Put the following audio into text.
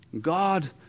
God